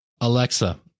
Alexa